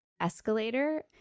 escalator